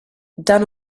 dan